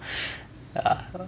ya